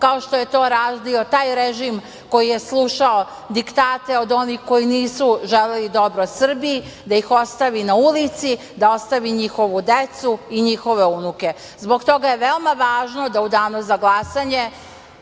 kao što je to radio taj režim koji je slušao diktate od onih koji nisu želeli dobro Srbiji da ih ostavi na ulici, da ostavi njihovu decu i njihove unuke. Zbog toga je veoma važno da u danu za glasanje